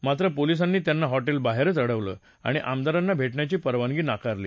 मात्र पोलिसांनी त्यांना हॉटेलबाहेरच अडवलं आणि आमदारांना भेटण्याची परवानगी नाकारली